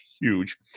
huge